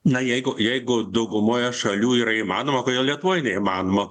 na jeigu jeigu daugumoje šalių yra įmanoma kodėl lietuvoj neįmanoma